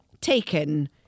taken